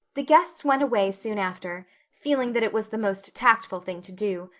the guests went away soon after, feeling that it was the most tactful thing to do,